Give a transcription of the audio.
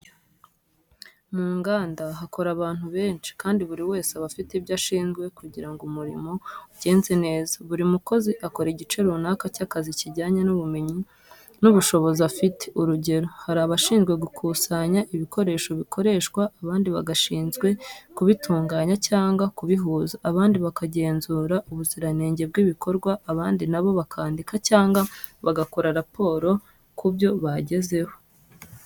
Mu nganda, hakora abantu benshi kandi buri wese aba afite ibyo ashinzwe kugira ngo umurimo ugenze neza. Buri mukozi akora igice runaka cy’akazi kijyanye n’ubumenyi n’ubushobozi afite. Urugero, hari abashinzwe gukusanya ibikoresho bikoreshwa, abandi bagashinzwe kubitunganya cyangwa kubihuza, abandi bakagenzura ubuziranenge bw’ibikorwa, abandi na bo bakandika cyangwa bakora raporo ku byo bagezeho.